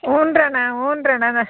ಊನಣ್ಣ ಊನಣ್ಣ